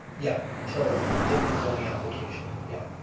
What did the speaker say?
yeah until different zoning application, yeah.